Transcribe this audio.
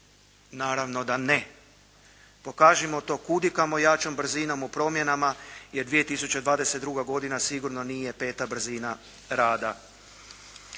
Naravno da ne. Pokažimo to kud i kamo jačom brzinom u promjenama, jer 2022. godina sigurno nije pet brzina rada.